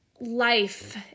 life